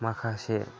माखासे